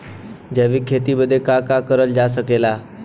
जैविक खेती बदे का का करल जा सकेला?